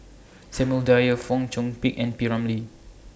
Samuel Dyer Fong Chong Pik and P Ramlee